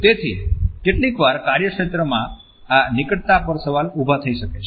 તેથી કેટલીક વાર કાર્યસ્થળમાં આ નિકટતા પર સવાલ ઉભા થઈ શકે છે